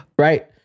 right